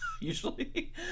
usually